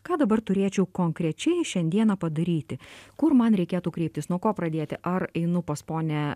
ką dabar turėčiau konkrečiai šiandieną padaryti kur man reikėtų kreiptis nuo ko pradėti ar einu pas ponią